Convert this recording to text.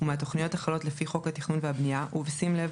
ומהתוכניות החלות לפי חוק התכנון והבנייה ובשים לב